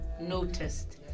noticed